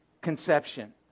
conception